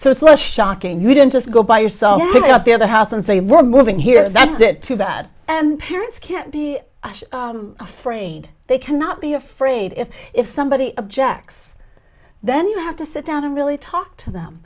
not shocking you don't just go buy yourself up there the house and say we're moving here that's it too bad and parents can't be afraid they cannot be afraid if if somebody objects then you have to sit down and really talk to them